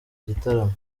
gitaramo